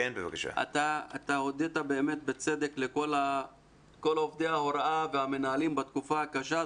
הודית בצדק לכל עובדי ההוראה והמנהלים בתקופה הקשה.